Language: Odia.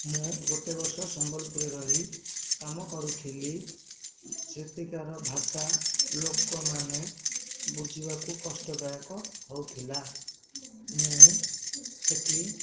ମୁଁ ଗୋଟିଏ ବର୍ଷ ସମ୍ବଲପୁରରେ ରହି କାମ କରୁଥିଲି ସେଠିକାର ଭାଷା ଲୋକମାନେ ବୁଝିବାକୁ କଷ୍ଟଦାୟକ ହେଉଥିଲା ମୁଁ ସେଠି